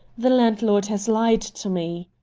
the landlord has lied to me.